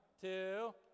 two